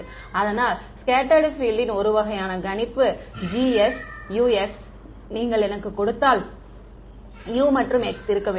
அதனால் ஸ்கெட்ட்டர்டு பீல்டின் ஒரு வகையான கணிப்பு GsUx நீங்கள் எனக்குக் கொடுத்தால் U மற்றும் x இருக்க வேண்டும்